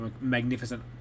magnificent